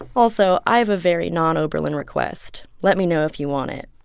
also, i have a very non-oberlin request let me know if you want it.